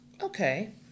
Okay